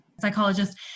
psychologist